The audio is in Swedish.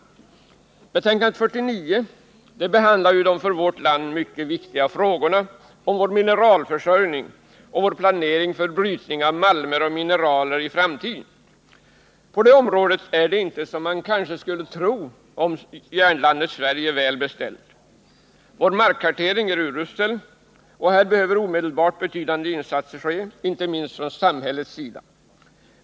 I betänkandet 49 behandlas de för vårt land mycket viktiga frågorna om vår mineralförsörjning och vår planering för brytning av malmer och mineraler i framtiden. På detta område är det inte, som man kanske skulle kunna tro, väl beställt med järnlandet Sverige. Vår markkartering är urusel. Här behöver man omedelbart göra betydande insatser, inte minst från statens sida.